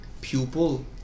Pupil